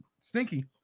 stinky